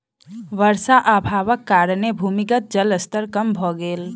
वर्षा अभावक कारणेँ भूमिगत जलक स्तर कम भ गेल